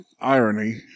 Irony